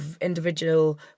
individual